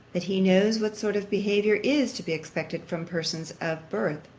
that he knows what sort of behaviour is to be expected from persons of birth,